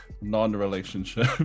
non-relationship